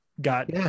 got